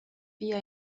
via